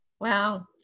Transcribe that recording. Wow